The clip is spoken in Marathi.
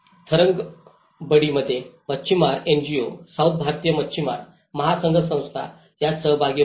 थरंगांबडीमध्ये मच्छीमार एनजीओ सौथ भारतीय मच्छीमार महासंघ संस्था यात सहभागी होते